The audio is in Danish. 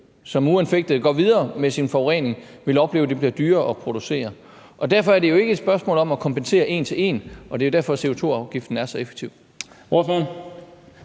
som uanfægtet går videre med sin forurening, vil opleve, at det bliver dyrere at producere. Derfor er det jo ikke et spørgsmål om at kompensere en til en, og det er derfor, CO2-afgiften er så effektiv.